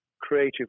creative